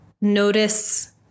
notice